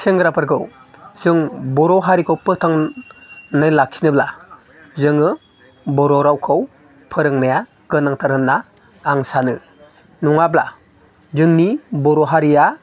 सेंग्राफोरखौ जों बर' हारिखौ फोथांनानै लाखिनोब्ला जोङो बर' रावखौ फोरोंनाया गोनांथार होनना आं सानो नङाब्ला जोंनि बर' हारिया